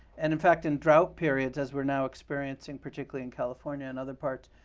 and in fact, in drought periods, as we're now experiencing particularly in california and other parts,